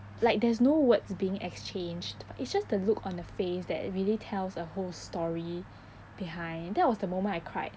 like there's no words being exchanged it's just the look on the face that really tells a whole story behind that was the moment I cried